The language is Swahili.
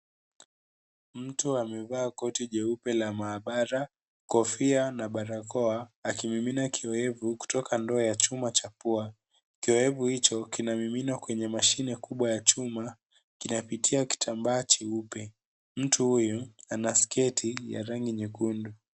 Mtu amevaa koti jeupe la maabara , kofia na barakoa akimiminia kiyoevu kutoka ndoo cha chuma cha pua. Kiyoevu hicho kinamiminwa kwenye mashine kubwa ya chuma kinapitia kitambaa jeupe . Mtu huyu ana sketi ya rangi nyekundu.